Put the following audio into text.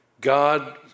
God